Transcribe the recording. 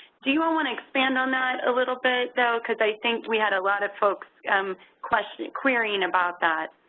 do you all want to expand on that a little bit, though? because i think we had a lot of folks um and querying about that.